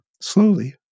Slowly